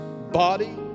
body